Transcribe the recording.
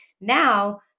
Now